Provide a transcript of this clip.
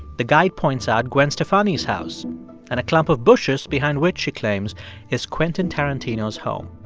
the guide points out gwen stefani's house, and a clump of bushes behind which she claims is quentin tarantino's home.